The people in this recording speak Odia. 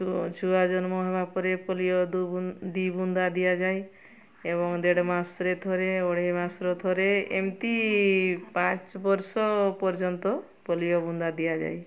ଛୁଆ ଛୁଆ ଜନ୍ମ ହେବା ପରେ ପୋଲିଓ ଦୁଇ ବୁନ୍ଦା ଦିଆଯାଏ ଏବଂ ଦେଢ଼ ମାସରେ ଥରେ ଅଢ଼େଇ ମାସର ଥରେ ଏମିତି ପାଞ୍ଚ ବର୍ଷ ପର୍ଯ୍ୟନ୍ତ ପୋଲିଓ ବୁନ୍ଦା ଦିଆଯାଏ